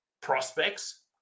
prospects